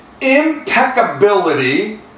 impeccability